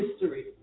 history